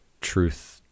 truth